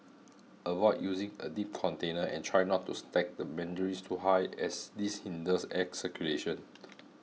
avoid using a deep container and try not to stack the mandarins too high as this hinders air circulation